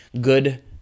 good